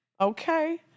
Okay